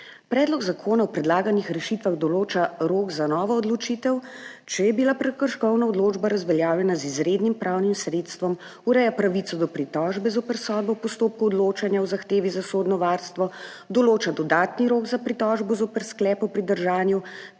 Predlog zakona o predlaganih rešitvah določa rok za novo odločitev, če je bila prekrškovna odločba razveljavljena z izrednim pravnim sredstvom, ureja pravico do pritožbe zoper sodbo v postopku odločanja o zahtevi za sodno varstvo, določa dodatni rok za pritožbo zoper sklep o pridržanju